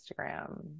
Instagram